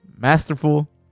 masterful